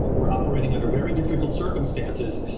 we're operating under very difficult circumstances,